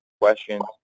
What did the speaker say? questions